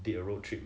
take a road trip